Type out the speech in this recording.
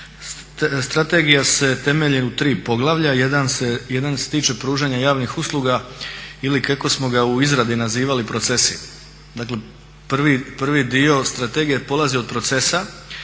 Strategija se temelji u 3 poglavlja. Jedan se tiče pružanja javnih usluga ili kako smo ga u izradi nazivali procesi. Dakle, prvi dio strategije polazi od procesa